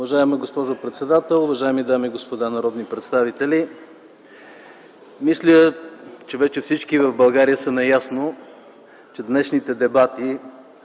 Уважаема госпожо председател, уважаеми дами и господа народни представители! Мисля, че вече всички в България са наясно, че днешните дебати